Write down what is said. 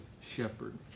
shepherd